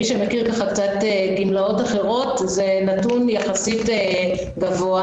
מי שמכיר גמלאות אחרות, זה נתון גבוה יחסית.